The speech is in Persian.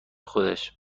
خودش